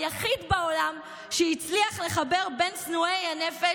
הוא היחיד בעולם שהצליח לחבר בין שנואי הנפש,